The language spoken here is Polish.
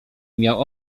miał